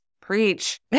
Preach